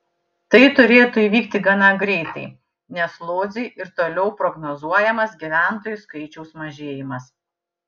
tai turėtų įvykti gana greitai nes lodzei ir toliau prognozuojamas gyventojų skaičiaus mažėjimas